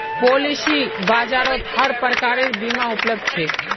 policy बाजारत हर प्रकारेर बीमा उपलब्ध छेक